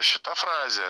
šita frazė